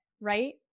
right